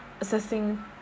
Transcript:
assessing